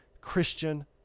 Christian